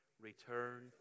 Return